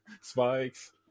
spikes